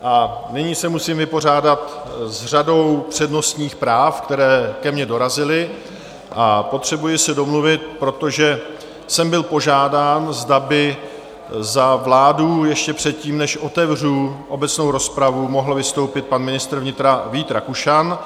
A nyní se musím vypořádat s řadou přednostních práv, která ke mně dorazila, a potřebuji se domluvit, protože jsem byl požádán, zda by za vládu ještě předtím, než otevřu obecnou rozpravu, mohl vystoupit pan ministr vnitra Vít Rakušan.